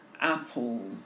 Apple